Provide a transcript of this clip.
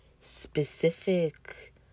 specific